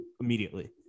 immediately